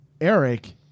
Eric